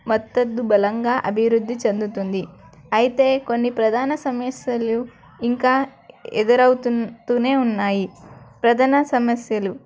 మద్దత్తు బలంగా అభివృద్ధి చెందుతుంది అయితే కొన్ని ప్రధాన సమస్యలు ఇంకా ఎదురవుతూనే ఉన్నాయి ప్రధాన సమస్యలు